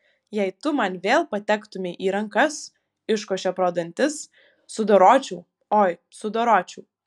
jei tu man vėl patektumei į rankas iškošė pro dantis sudoročiau oi sudoročiau